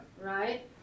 right